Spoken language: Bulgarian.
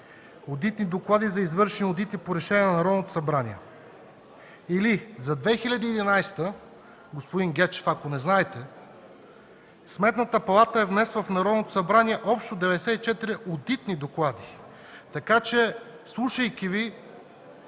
одитни доклади за извършени одити по решение на Народното събрание. Или за 2011 г., господин Гечев, ако не знаете, Сметната палата е внесла в Народното събрание общо 94 одитни доклада. Слушайки Ви,